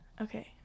Okay